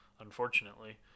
unfortunately